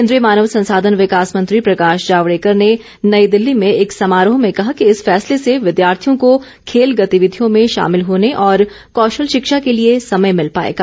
केंद्रीय मानव संसाधन विकास मंत्री प्रकाश जावड़ेकर ने नई दिल्ली में एक समारोह में कहा कि इस फैसले से विद्यार्थियों को खेल गतिविधियों में शामिल होने और कौशल शिक्षा के लिए समय मिल पाएगा